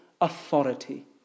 authority